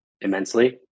immensely